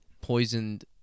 poisoned